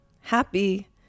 Happy